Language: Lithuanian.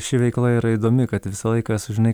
ši veikla yra įdomi kad visą laiką sužinai